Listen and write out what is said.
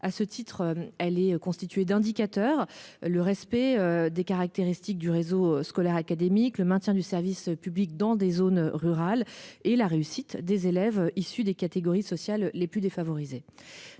à ce titre, elle est constituée d'indicateurs le respect des caractéristiques du réseau scolaire académique le maintien du service public dans des zones rurales et la réussite des élèves issus des catégories sociales les plus défavorisées.